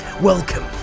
Welcome